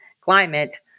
climate